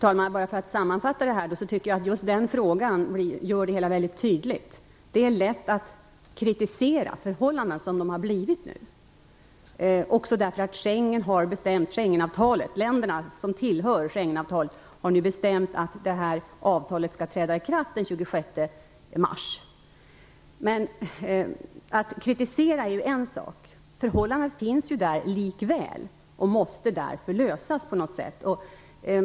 Fru talman! Just den frågan gör det hela väldigt tydligt. Det är lätt att kritisera förhållandena som de nu har blivit. Länderna som har anslutit sig till Schengenavtalet har beslutat att det skall träda i kraft den 26 mars. Att kritisera är en sak. Förhållandet existerar ju likväl och man måste på något sätt komma till rätta med det.